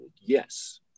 yes